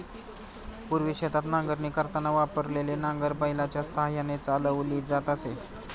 पूर्वी शेतात नांगरणी करताना वापरलेले नांगर बैलाच्या साहाय्याने चालवली जात असे